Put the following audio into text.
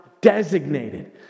designated